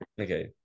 Okay